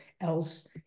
else